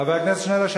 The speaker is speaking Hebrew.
חבר הכנסת שנלר,